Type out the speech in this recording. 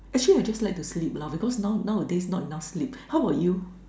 actually I just like to sleep lah because now nowadays not enough sleep how about you